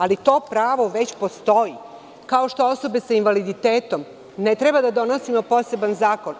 Ali, to pravo već postoji, kao što za osobe sa invaliditetom ne treba da donosimo poseban zakon.